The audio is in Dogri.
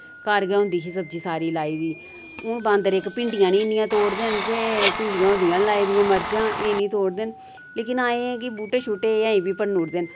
घर गै होंदी ही सब्जी सारी लाई दी हुन बांदर इक भिंडियां नि इन्नियां तोड़दे हैन ते भिंडियां होंदियां लाई दियां मर्चां एह् नेईं तोड़दे लेकिन हां एह् ऐ कि बूह्टे शूटे अजें बी भन्नी ओ ड़दे